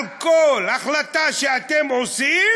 על כל החלטה שאתם עושים,